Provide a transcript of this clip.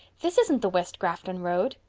this isn't the west grafton road.